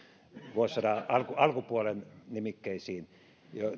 vuosisadan alkupuolen nimikkeisiin